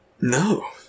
No